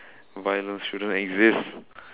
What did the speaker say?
violence shouldn't exist